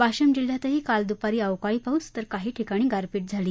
वाशिम जिल्ह्यातही काल द्पारी अवकाळी पाऊस तर काही ठिकाणी गारपीट झाली